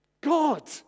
God